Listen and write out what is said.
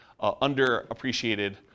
underappreciated